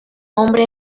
hombre